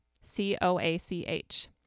C-O-A-C-H